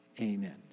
Amen